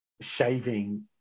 shaving